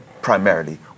primarily